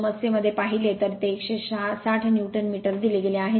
समस्येमध्ये पाहिले तर ते 160 न्यूटन मीटर दिले गेले आहे